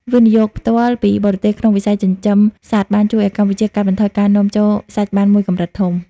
វិនិយោគផ្ទាល់ពីបរទេស ក្នុងវិស័យចិញ្ចឹមសត្វ បានជួយឱ្យកម្ពុជាកាត់បន្ថយការនាំចូលសាច់បានមួយកម្រិតធំ។